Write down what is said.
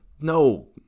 No